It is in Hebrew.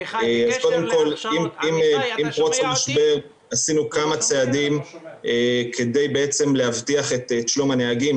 קודם כל עם פרוץ המשבר עשינו כמה צעדים כדי להבטיח את שלום הנהגים,